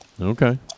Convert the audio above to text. Okay